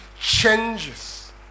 changes